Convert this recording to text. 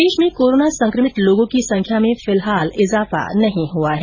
प्रदेश में कोरोना संक्रमित लोगों की संख्या में फिलहाल इजाफा नहीं हुआ है